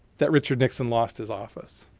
that richard nixon lost his office.